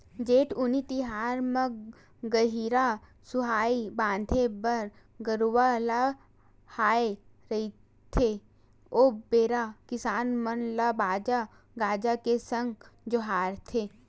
जेठउनी तिहार म गहिरा सुहाई बांधे बर गरूवा ल आय रहिथे ओ बेरा किसान मन ल बाजा गाजा के संग जोहारथे